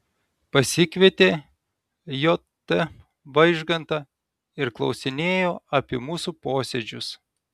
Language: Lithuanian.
pasikvietė j t vaižgantą ir klausinėjo apie mūsų posėdžius